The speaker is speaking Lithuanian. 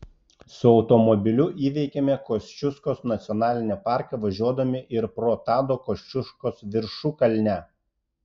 su automobiliu įveikėme kosciuškos nacionalinį parką važiuodami ir pro tado kosciuškos viršukalnę